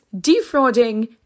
defrauding